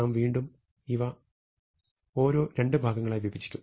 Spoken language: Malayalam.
നാം വീണ്ടും ഇവ ഓരോ രണ്ടു ഭാഗങ്ങളായി വിഭജിക്കും